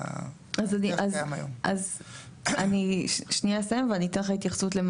אז אני שנייה אסיים ואני אתן לך התייחסות למה